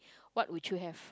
what would you have